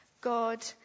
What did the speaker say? God